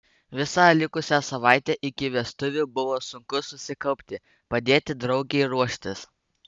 visą likusią savaitę iki vestuvių buvo sunku susikaupti padėti draugei ruoštis